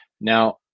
now